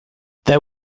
there